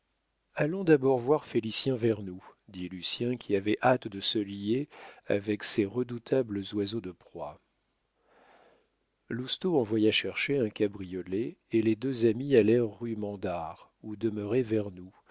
allons d'abord voir félicien vernou dit lucien qui avait hâte de se lier avec ces redoutables oiseaux de proie lousteau envoya chercher un cabriolet et les deux amis allèrent rue mandar où demeurait vernou dans